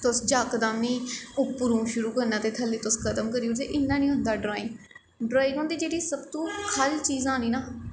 तुस जकदम निं उप्परों शुरू करना ते थल्लै तुस खतम करी ओड़चै इयां निं होंदा ड्राईंग ड्राईंग होंदी जेह्ड़े सब तों ख'ल्ल चीजां नी ना